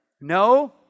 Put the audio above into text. No